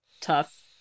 tough